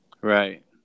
Right